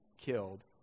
killed